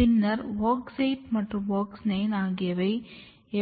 பின்னர் WOX 8 மற்றும் WOX 9 ஆகியவை